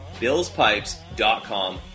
BillsPipes.com